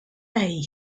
hey